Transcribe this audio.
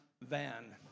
van